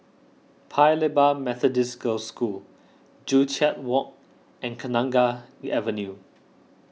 Paya Lebar Methodist Girls' School Joo Chiat Walk and Kenanga Avenue